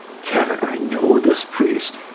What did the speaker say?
kevin, i know this priest,